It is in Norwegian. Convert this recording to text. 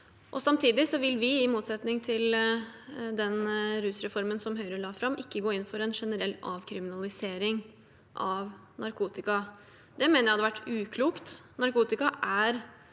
Samtidig vil vi, i motsetning til Høyre i den rusreformen som de la fram, ikke gå inn for en generell avkriminalisering av narkotika. Det mener jeg hadde vært uklokt.